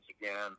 again